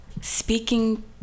speaking